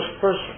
first